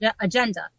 agenda